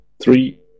Three